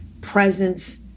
presence